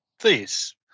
please